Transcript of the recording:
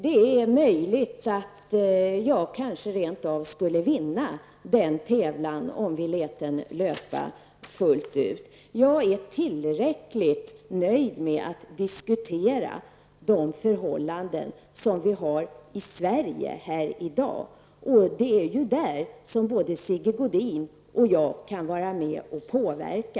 Det är möjligt att jag kanske rent av skulle vinna den tävlingen om vi lät den löpa fullt ut. Jag är tillräckligt nöjd med att diskutera de förhållanden som vi har i Sverige i dag. Det är där som både Sigge Godin och jag i första hand kan vara med och påverka.